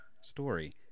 story